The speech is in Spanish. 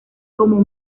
como